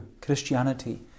Christianity